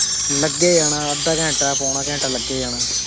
ਲੱਗ ਏ ਜਾਣਾ ਅੱਧਾ ਘੰਟਾ ਪੋਣਾ ਘੰਟਾ ਲੱਗ ਏ ਜਾਣਾ